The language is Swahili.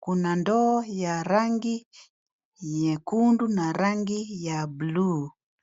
kuna ndoo ya rangi nyekundu na rangi ya bluu.